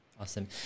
Awesome